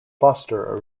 foster